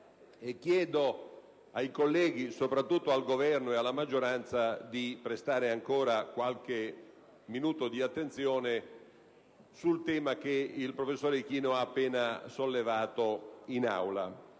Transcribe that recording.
Chiedo ai colleghi, soprattutto al Governo e alla maggioranza, di prestare qualche minuto di attenzione sul tema che il professor Ichino ha appena sollevato in Aula.